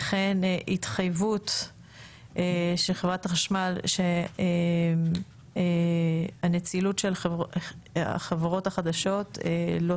וכן התחייבות של חברת החשמל לכך שהנצילות של החברות החדשות לא